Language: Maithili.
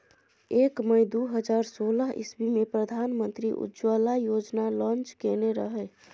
एक मइ दु हजार सोलह इस्बी मे प्रधानमंत्री उज्जवला योजना लांच केने रहय